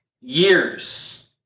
years